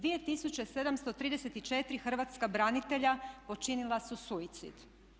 2734 hrvatska branitelja počinila su suicid.